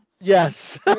Yes